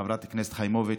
חברת הכנסת חיימוביץ',